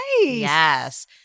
Yes